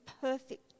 perfect